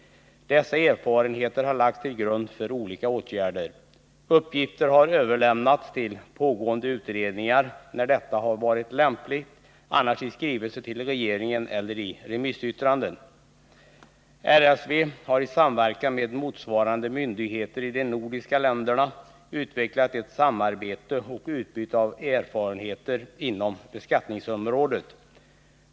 Dessa erfarenheter har lagts till grund för olika åtgärder. Uppgifter har överlämnats till pågående utredningar, när detta har varit lämpligt, annars i skrivelser till regeringen eller i remissyttranden. Riksskatteverket har i samverkan med motsvarande myndigheter i de nordiska länderna utvecklat ett samarbete och utbyte av erfarenheter inom beskattningsområdet.